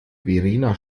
verena